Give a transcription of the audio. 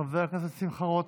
חבר הכנסת שמחה רוטמן,